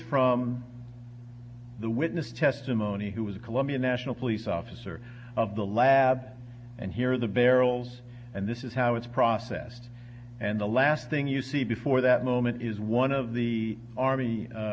from the witness testimony who was a colombian national police officer of the lab and here the barrels and this is how it's processed and the last thing you see before that moment is one of the army